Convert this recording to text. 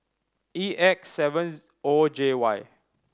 E X seven O J Y